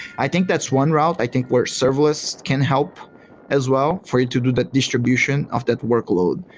i think that's one route i think where serverless can help as well for you to do that distribution of that workload.